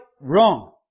wrong